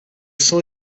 são